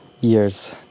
years